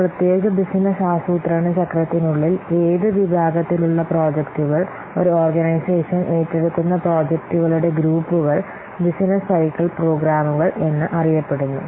ഒരു പ്രത്യേക ബിസിനസ്സ് ആസൂത്രണ ചക്രത്തിനുള്ളിൽ ഏത് വിഭാഗത്തിലുള്ള പ്രോജക്ടുകൾ ഒരു ഓർഗനൈസേഷൻ ഏറ്റെടുക്കുന്ന പ്രോജക്ടുകളുടെ ഗ്രൂപ്പുകൾ ബിസിനസ് സൈക്കിൾ പ്രോഗ്രാമുകൾ എന്നറിയപ്പെടുന്നു